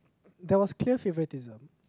there was clear favoritism